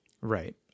right